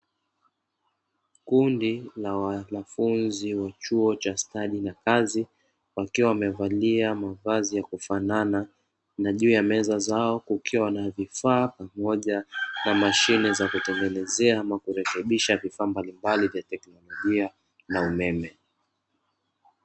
Kundi la wanafunzi wa chuo cha stadi na kazi, wakiwa wamevalia mavazi yakufanana na juu ya meza zao kukiwa na vifaa pamoja na mashine za kutengenezea na kurekebisha vifaa mbalimbali vya kieletronia na umeme.